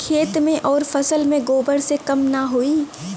खेत मे अउर फसल मे गोबर से कम ना होई?